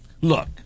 look